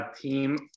team